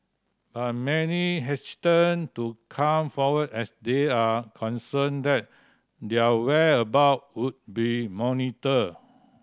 but many hesitant to come forward as they are concerned that their whereabout would be monitored